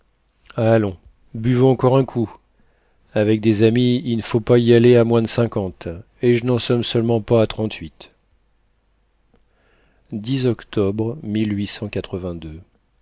allons buvons encore un coup avec des amis y n'faut pas y aller à moins d'cinquante et j'n'en sommes seulement pas à trente-huit